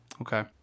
Okay